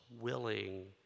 willing